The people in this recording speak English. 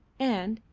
and,